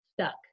stuck